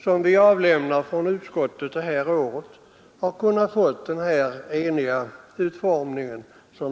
som vi avlämnat från utskottet detta år har kunnat få en så enhällig utformning.